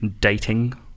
dating